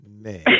Man